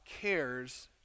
cares